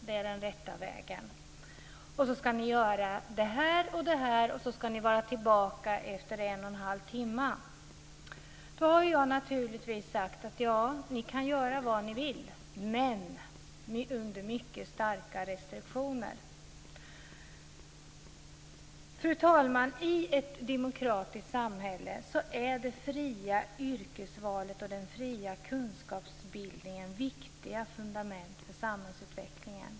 Det är den rätta vägen. Och så ska ni göra det här och det här och så ska ni vara tillbaka efter en och en halv timme. Då har jag naturligtvis sagt att ja, ni kan göra vad ni vill - men under mycket starka restriktioner. Fru talman! I ett demokratiskt samhälle är det fria yrkesvalet och den fria kunskapsbildningen viktiga fundament för samhällsutvecklingen.